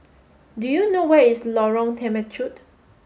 do you know where is Lorong Temechut